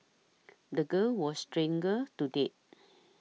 the girl was strangled to death